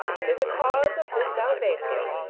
it is a cause of his salvation,